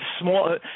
small